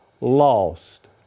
lost